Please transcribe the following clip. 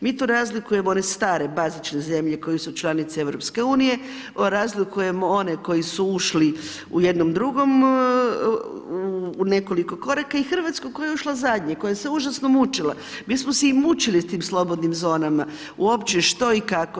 Mi tu razlikujemo one stare, bazične zemlje koje su članice Europske unije, razlikujemo one koji su ušli u jednom drugom, u nekoliko koraka, i Hrvatsku koja je ušla zadnje, koja se užasno mučila, mi smo se i mučili s tim slobodnim zonama, uopće što i kako.